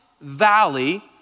valley